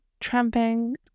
Tramping